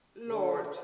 Lord